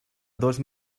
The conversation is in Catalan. dos